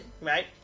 right